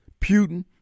Putin